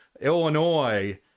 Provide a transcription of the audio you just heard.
Illinois